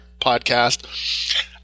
Podcast